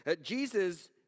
Jesus